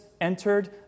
entered